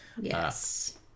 Yes